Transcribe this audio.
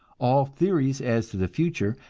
all theories as to the future,